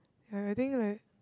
ya I think like